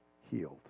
healed